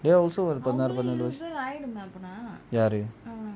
there are also ஒரு பதினாறு பதினேழு யாரு:oru pathinaaru pathinezhu yaaru